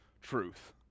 truth